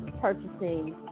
purchasing